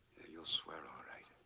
you'll swear all right,